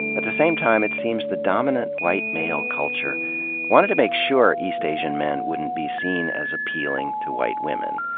at the same time, it seems the dominant white male culture wanted to make sure east asian men wouldn't be seen as appealing to white women.